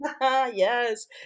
Yes